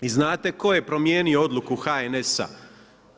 I znate tko je promijenio odluku HNS-a?